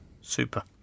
Super